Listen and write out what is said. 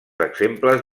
exemples